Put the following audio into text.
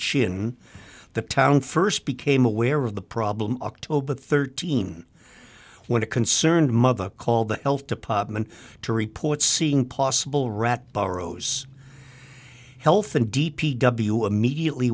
chicken the town first became aware of the problem october thirteen when it concerned mother called the health department to report seeing possible rat barros health and d p w immediately